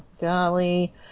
golly